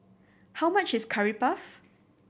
how much is Curry Puff